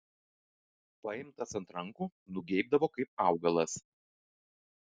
paimtas ant rankų nugeibdavo kaip augalas